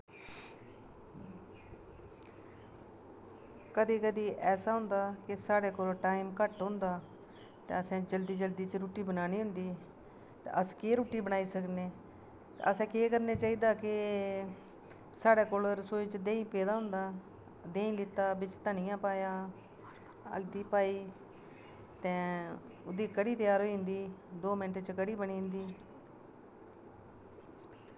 कदैं कदैं ऐसा होंदा के साढ़ै कोल टाईम घट्ट होंदा ते असैं जल्दी जल्दी च रुट्टी बनानी होंदी ते अस केह् रुट्टी बनाई सकने असैं केह् करना चाही दा के साढ़े कोल रसोई च देहीं पैदा होंदा देहीं लैत्ता बिच्च धनियां पाया हल्दी पाई ते ओह्दा कढ़ी त्यार होई जंदी दो मैंन्ट च कढ़ी बनी जंदी